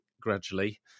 gradually